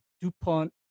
DuPont